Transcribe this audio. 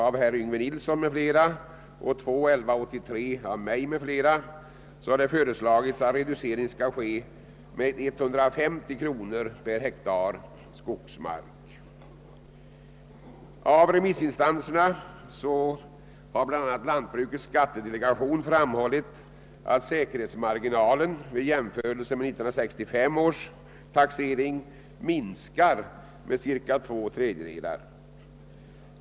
Av remissinstanserna har bl.a. lantbrukets skattedelegation framhållit, att säkerhetsmarginalen vid jämförelse med 1965 års taxering minskar med cirka två tredjedelar.